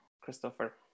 Christopher